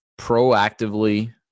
proactively